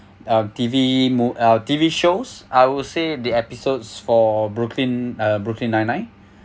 uh T_V mo~ uh T_V shows I would say the episodes for brooklyn uh brooklyn nine nine